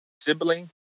sibling